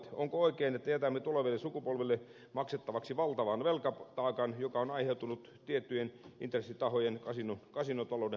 onko oikein että jätämme tuleville sukupolville maksettavaksi valtavan velkataakan joka on aiheutunut tiettyjen intressitahojen kasinotalouden harjoittamisesta